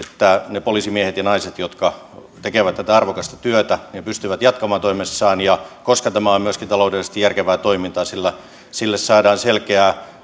ne poliisimiehet ja naiset jotka tekevät tätä arvokasta työtä pystyvät jatkamaan toimessaan ja koska tämä on myöskin taloudellisesti järkevää toimintaa sille saadaan selkeää